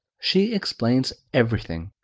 she explains everything.